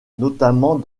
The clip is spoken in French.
notamment